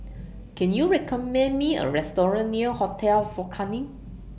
Can YOU recommend Me A Restaurant near Hotel Fort Canning